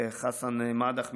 וחסאן מדאח,